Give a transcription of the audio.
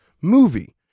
movie